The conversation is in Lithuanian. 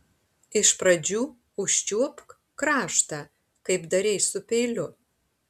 iš pradžių užčiuopk kraštą kaip darei su peiliu